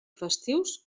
festius